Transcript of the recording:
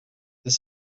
this